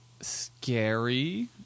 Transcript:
scary